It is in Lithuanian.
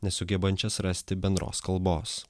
nesugebančios rasti bendros kalbos